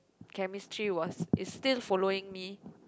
chemistry was is still following me